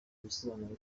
ibisobanuro